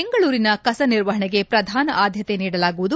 ಬೆಂಗಳೂರಿನ ಕಸ ನಿರ್ವಹಣೆಗೆ ಪ್ರಧಾನ ಆದ್ದತೆ ನೀಡಲಾಗುವುದು